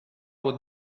with